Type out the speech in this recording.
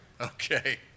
Okay